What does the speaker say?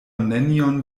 nenion